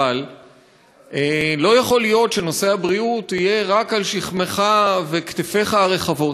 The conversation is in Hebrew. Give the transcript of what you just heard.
אבל לא יכול להיות שנושא הבריאות יהיה רק על שכמך וכתפיך הרחבות.